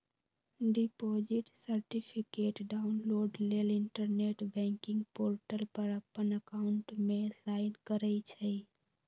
deposit certificate download लेल internet banking portal पर अप्पन अकाउंट में साइन करइ छइ